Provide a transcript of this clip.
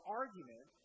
argument